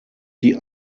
die